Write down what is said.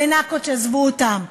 ו"נאקוץ'" עזבו אותם,